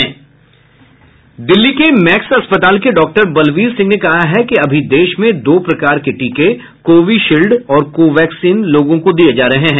दिल्ली के मैक्स अस्पताल के डॉक्टर बलवीर सिंह ने कहा है कि अभी देश में दो प्रकार के टीके कोविशील्ड और को वैक्सीन लोगों को दिये जा रहे हैं